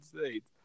states